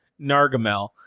Nargamel